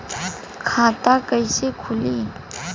खाता कइसे खुली?